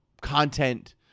content